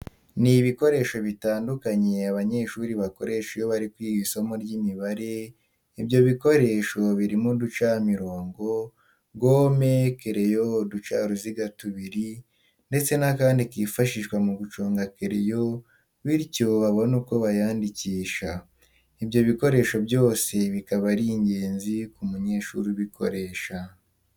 Ni ibikoresho bitandukanye abanyeshuri bakoresha iyo bari kwiga isomo ry'Imibare, ibyo bikoresho birimo uducamirongo, gome, kereyo, uducaruziga tubiri ndetse n'akandi kifashishwa mu guconga kereyo bityo babone uko bayandikisha. Ibyo bikoresho byose bikaba ari ingenzi ku munyeshuri ubukoresha.